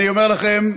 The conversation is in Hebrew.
אני אומר לכם: